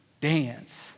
dance